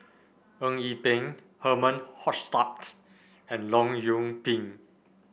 Eng Yee Peng Herman Hochstadt and Leong Yoon Pin